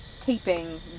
taping